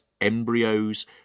embryos